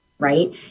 Right